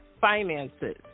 finances